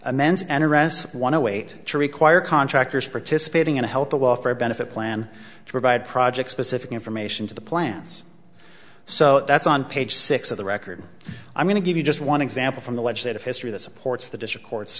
amends and arrests one await to require contractors participating in a health or welfare benefit plan to provide project specific information to the plans so that's on page six of the record i'm going to give you just one example from the legislative history that supports the district court